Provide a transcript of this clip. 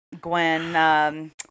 Gwen